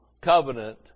Covenant